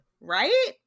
right